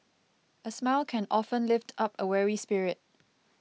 a smile can often lift up a weary spirit